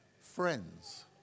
friends